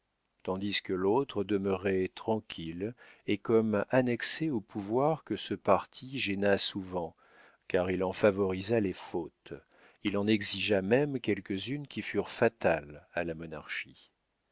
tandis que l'autre demeurait tranquille et comme annexé au pouvoir que ce parti gêna souvent car il en favorisa les fautes il en exigea même quelques-unes qui furent fatales à la monarchie